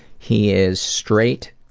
he is straight